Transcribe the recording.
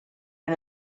and